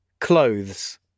clothes